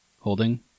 Holding